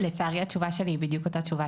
לצערי התשובה שלי היא בדיוק אותה תשובה